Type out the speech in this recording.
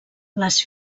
les